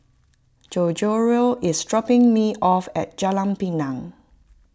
Gregorio is dropping me off at Jalan Pinang